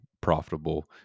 profitable